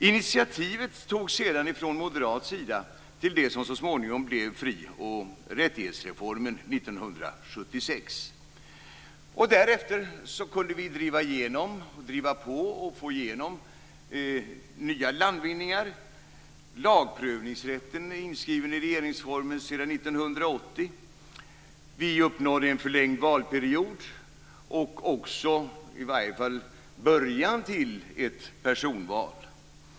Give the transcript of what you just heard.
Initiativet togs sedan från moderat sida till det som så småningom blev fri och rättighetsreformen 1976. Därefter kunde vi driva på och få igenom nya landvinningar. Lagprövningsrätten är inskriven i regeringsformen sedan 1980. Vi uppnådde en förlängd valperiod och också i alla fall början till ett personval.